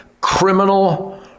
criminal